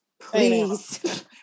please